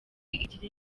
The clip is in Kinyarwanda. igira